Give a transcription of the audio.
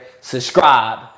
subscribe